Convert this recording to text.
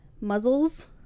muzzles